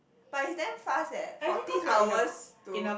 but he damn fast eh fourteen hours to